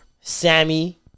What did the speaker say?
sammy